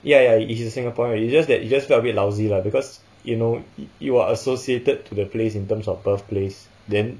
ya ya he's a singaporean ya it's just that he just felt a bit lousy lah because you know you are associated to the place in terms of birthplace then